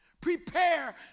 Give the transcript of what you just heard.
prepare